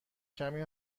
کمی